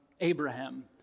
Abraham